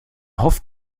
hofft